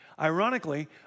Ironically